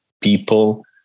people